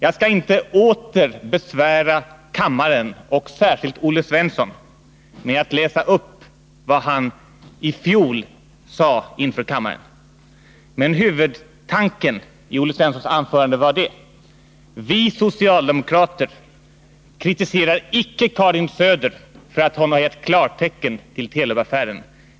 Jag skall inte åter besvära kammaren och särskilt inte Olle Svensson med att läsa upp vad Olle Svensson i fjol sade inför kammaren. Men huvudtanken i hans anförande var: Vi socialdemokrater kritiserar icke Karin Söder för att hon har gett klartecken till Telub-affären.